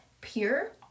Pure